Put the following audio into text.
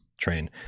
train